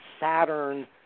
Saturn